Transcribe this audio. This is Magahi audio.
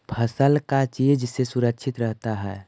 फसल का चीज से सुरक्षित रहता है?